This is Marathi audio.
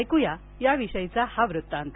ऐकूया त्याविषयीचा हा वृत्तांत